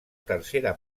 tercera